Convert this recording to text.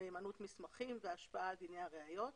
מהימנות מסמכים והשפעה על דיני הראיות